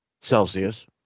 Celsius